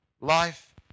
life